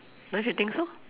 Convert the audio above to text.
don't you think so